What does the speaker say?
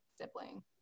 sibling